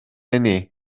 eni